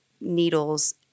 needles